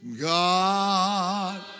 God